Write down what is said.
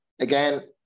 Again